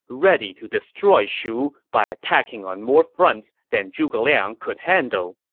ready to destroy shu by attacking on more fronts than zhuge liang could handle.